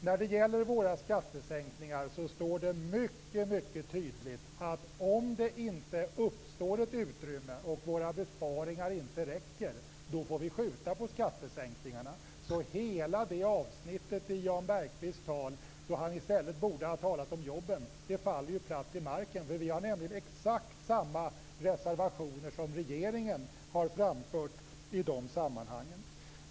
När det gäller våra skattesänkningsförslag står det mycket, mycket tydligt att om det inte uppstår ett utrymme och våra besparingar inte räcker, får vi skjuta på skattesänkningarna. Så hela det avsnittet i Jan Bergqvists tal, då han i stället borde ha talat om jobben, faller ju platt till marken. Vi har nämligen exakt samma reservationer som regeringen har framfört i de sammanhangen.